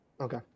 Okay